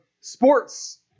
sports